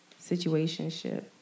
situationship